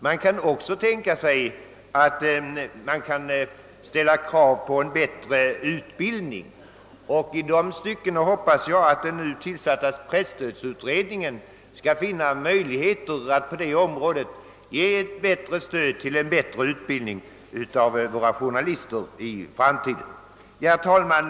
Man kan också tänka sig att ställa krav på en bättre utbildning. Jag hoppas att den nu tillsatta presstödsutredningen skall kunna finna möjligheter att ge ett utökat stöd till utbildningen av våra journalister i framtiden. Herr talman!